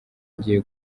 ngiye